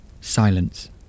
Silence